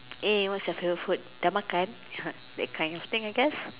eh what's your favourite food makan that kind of thing I guess